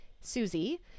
Susie